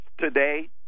today